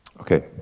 Okay